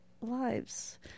lives